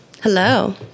Hello